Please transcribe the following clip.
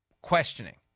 questioning